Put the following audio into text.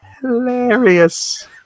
hilarious